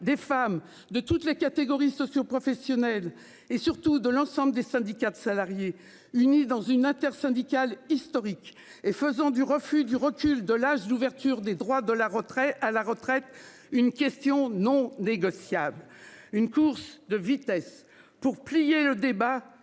des femmes de toutes les catégories socio-professionnelles et surtout de l'ensemble des syndicats de salariés, unis dans une intersyndicale historique et faisant du refus du recul de l'âge d'ouverture des droits de la retraite à la retraite. Une question non négociable. Une course de vitesse pour plier le débat